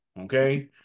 okay